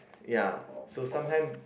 ya so sometime